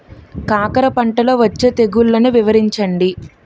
కాకర పంటలో వచ్చే తెగుళ్లను వివరించండి?